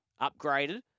upgraded